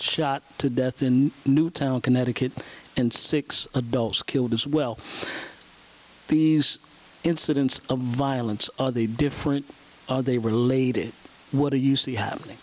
shot to death in newtown connecticut and six adults killed as well these incidents of violence are they different are they related what do you see happening